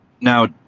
Now